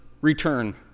return